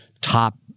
top